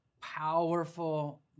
powerful